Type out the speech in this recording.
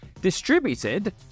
distributed